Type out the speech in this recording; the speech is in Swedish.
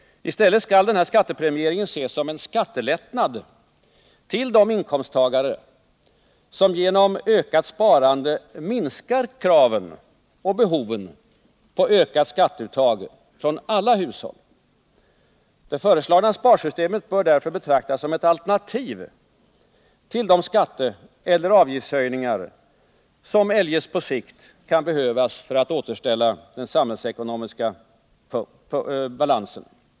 I stället skall den här skattepremieringen ses som en skattelättnad för de inkomsttagare som genom ökat sparande minskar kraven på och behoven av ökade skatteuttag från alla hushåll. Det föreslagna sparsystemet bör därför betraktas som ett alternativ till de skatteeller avgiftshöjningar som eljest på sikt kan behövas för att återställa den samhällsekonomiska balansen.